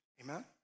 Amen